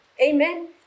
Amen